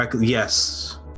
yes